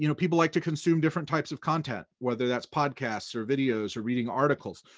you know people like to consume different types of content, whether that's podcasts or videos or reading articles.